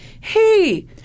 hey